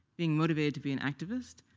being motivated to be an activist,